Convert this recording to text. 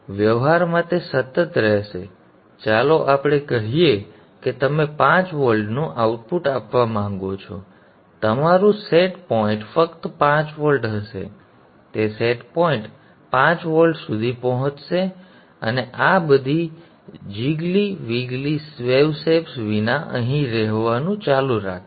વ્યવહારમાં તે સતત રહેશે ચાલો આપણે કહીએ કે તમે 5 વોલ્ટનું આઉટપુટ આપવા માંગો છો તમારું સેટ પોઇન્ટ ફક્ત 5 વોલ્ટ હશે તે સેટ પોઇન્ટ 5 વોલ્ટ સુધી પહોંચશે અને આ બધા જિગલી વિગલી વેવ શેપ્સ વિના અહીં રહેવાનું ચાલુ રાખશે